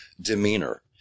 demeanor